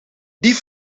die